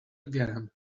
again